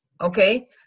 Okay